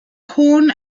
horn